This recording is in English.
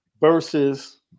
versus